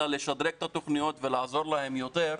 אלא לשדרג את התוכניות ולעזור להן יותר,